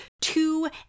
two